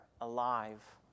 alive